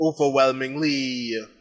overwhelmingly